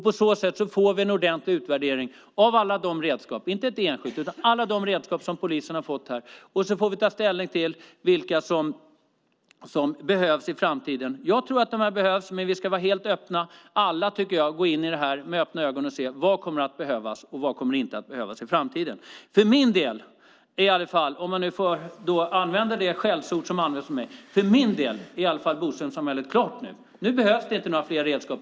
På så sätt får vi en ordentlig utvärdering av alla redskap, inte ett enskilt, som polisen har fått. Sedan får vi ta ställning till vilka som behövs i framtiden. Jag tror att de här behövs, men jag tycker att vi alla ska gå in i det här med öppna ögon och se vad som kommer att behövas och vad som inte kommer att behövas i framtiden. För min del, om jag nu får använda det skällsord som används om mig, är i alla fall Bodströmsamhället klart nu. Nu behövs det inte några fler redskap.